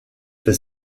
fait